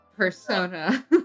persona